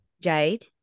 Jade